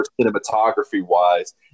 cinematography-wise